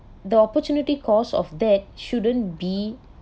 the opportunity cost of that shouldn't be